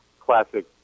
classic